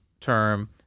term